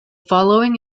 following